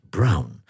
Brown